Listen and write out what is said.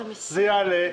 זה יעלה.